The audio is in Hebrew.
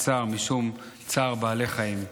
הצער משום צער בעלי חיים.